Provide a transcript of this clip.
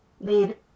lead